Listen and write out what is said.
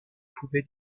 pouvait